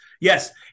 yes